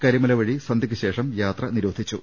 കരിമല വഴി സന്ധ്യക്കു ശേഷം യാത്ര നിരോധിച്ചു